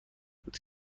بود